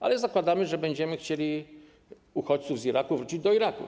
Ale zakładamy, że będziemy chcieli uchodźców z Iraku skierować do Iraku.